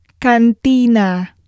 Cantina